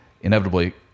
inevitably